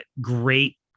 great